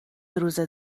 روزه